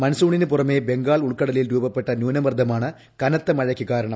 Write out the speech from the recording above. മൺസൂണിന് പുറമെ ബംഗാൾ ഉൾക്കടലിൽ രൂപപ്പെട്ട ന്യൂനമർദ്ദമാണ് കനത്ത മഴയ്ക്ക് കാരണം